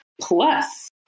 plus